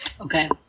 Okay